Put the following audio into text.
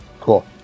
Cool